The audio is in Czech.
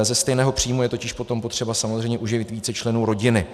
Ze stejného příjmu je totiž potom potřeba samozřejmě uživit více členů rodiny.